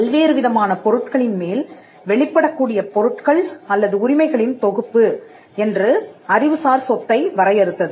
பல்வேறு விதமான பொருட்களின் மேல் வெளிப் படக் கூடிய பொருட்கள் அல்லது உரிமைகளின் தொகுப்பு என்று அறிவுசார் சொத்தை வரையறுத்தது